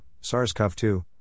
SARS-CoV-2